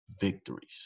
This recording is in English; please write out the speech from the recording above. victories